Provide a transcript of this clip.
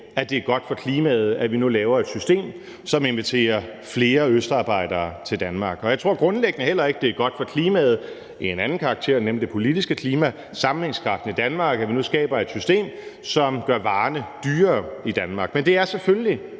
at det er godt for klimaet, at vi nu laver et system, som inviterer flere østarbejdere til Danmark, og jeg tror grundlæggende heller ikke, det er godt for klimaet af en anden karakter, nemlig det politiske klima, sammenhængskraften i Danmark, at vi nu skaber et system, som gør varerne dyrere i Danmark. Men det er selvfølgelig